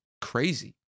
crazy